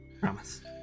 promise